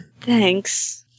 Thanks